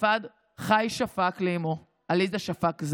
ספד חי שפק לאימו, עליזה שפק,